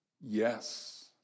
yes